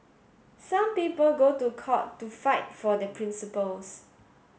some people go to court to fight for their principles